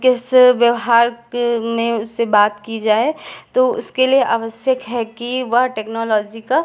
किस व्यवहार के में उससे बात की जाए तो उसके लिए आवश्यक है कि वह टेक्नोलॉज़ी का